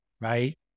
Right